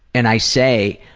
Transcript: and i say